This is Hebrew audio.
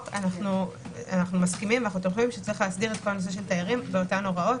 אנו מסכימים וחושבים שצריך להסדיר את הנושא של תיירים באותן הוראות.